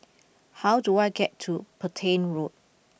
how do I get to Petain Road